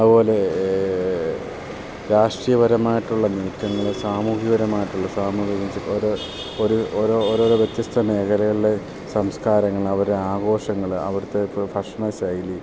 അതുപോലെ രാഷ്ട്രീയപരമായിട്ടുള്ള നീക്കങ്ങൾ സാമൂഹ്യപരമായിട്ടുള്ള സാമൂഹിക ഓരോ ഓരോ ഓരോരോ വ്യത്യസ്ത മേഖലകളിലെ സംസ്കാരങ്ങൾ അവരുടെ ആഘോഷങ്ങൾ അവടുത്തെ ഭക്ഷണ ശൈലി